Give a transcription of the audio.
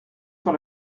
sur